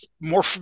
more